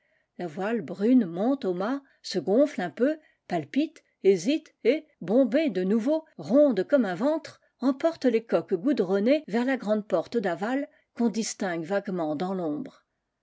la voile brune monte au mât se gonfle un peu palpite hésite et bombée de nouveau ronde comme un ventre emporte les coques goudronnées vers la grande porte d'aval qu'on distingue vaguement dans